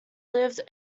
lived